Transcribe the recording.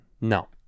No